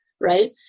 right